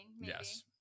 Yes